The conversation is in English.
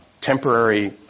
temporary